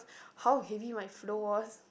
how heavy my flow was